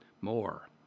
more